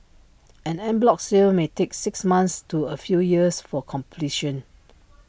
an en bloc sale may take six months to A few years for completion